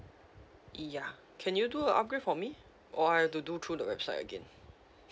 ya can you do a upgrade for me or I have to do through the website again